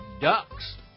Ducks